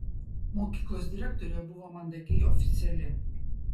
mokyklos direktorė buvo mandagiai oficiali